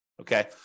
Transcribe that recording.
okay